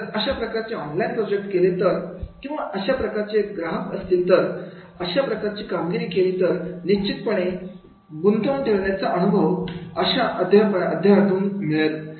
जर अशा प्रकारचे ऑनलाईन प्रोजेक्ट केले तर किंवा अशा प्रकारचे ग्राहक असतील तर अशा प्रकारची कामगिरी केली तर निश्चितपणे गुंतवण्याचा अनुभव अशा अध्ययनातून मिळेल